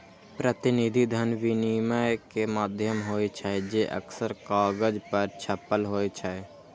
प्रतिनिधि धन विनिमय के माध्यम होइ छै, जे अक्सर कागज पर छपल होइ छै